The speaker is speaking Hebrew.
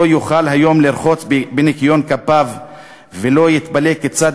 לא יוכל היום לרחוץ בניקיון כפיו ולא יתפלא כיצד